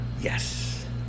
Yes